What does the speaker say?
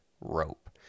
rope